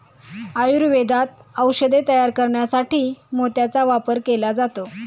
आयुर्वेदात औषधे तयार करण्यासाठी मोत्याचा वापर केला जातो